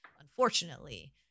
Unfortunately